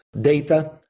data